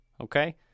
okay